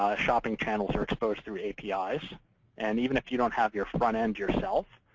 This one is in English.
shopping channels are exposed through apis. and even if you don't have your front end yourself,